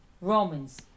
Romans